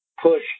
push